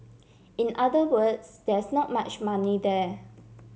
in other words there is not much money there